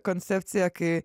koncepcija kai